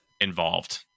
involved